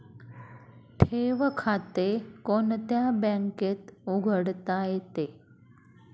ठेव खाते कोणत्या बँकेत उघडता येते?